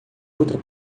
outra